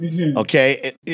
okay